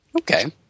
Okay